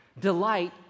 Delight